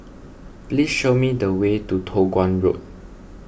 please show me the way to Toh Guan Road